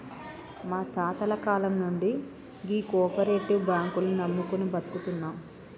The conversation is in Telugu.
మా తాతల కాలం నుండి గీ కోపరేటివ్ బాంకుల్ని నమ్ముకొని బతుకుతున్నం